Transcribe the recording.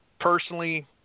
personally